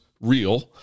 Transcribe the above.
real